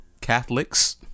Catholics